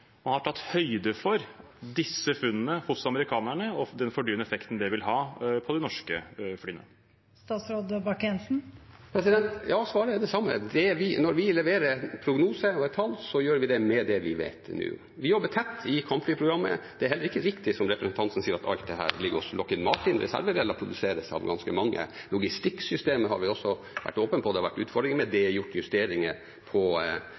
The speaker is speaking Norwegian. tatt høyde for den fordyrende effekten disse funnene hos amerikanerne vil ha på de norske flyene. Svaret er det samme. Når vi leverer prognoser og tall, gjør vi det med det vi vet nå. Vi jobber tett i kampflyprogrammet. Det er heller ikke riktig som representanten sier, at alt dette ligger hos Lockheed Martin. Reservedeler produseres av ganske mange. Logistikksystemet har vi også vært åpne om at det har vært utfordringer med. Det er gjort justeringer på den delen. Dette er et stort prosjekt, et stort program, og hvis vi ser bort fra valutaen, og bare ser på